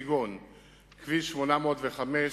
כגון כבישים 805,